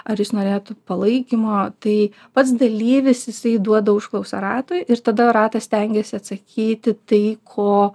ar jis norėtų palaikymo tai pats dalyvis jisai duoda užklausą ratui ir tada ratas stengiasi atsakyti tai ko